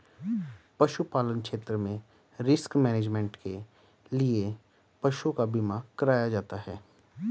पशुपालन क्षेत्र में रिस्क मैनेजमेंट के लिए पशुओं का बीमा कराया जाता है